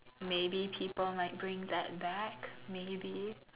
maybe people might bring that back maybe